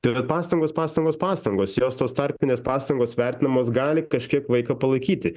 tai vat pastangos pastangos pastangos jos tos tarpinės pastangos vertinamos gali kažkiek vaiką palaikyti